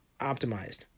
optimized